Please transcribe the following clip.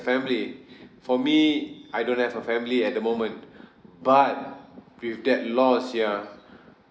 family for me I don't have a family at the moment but with that loss ya